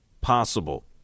possible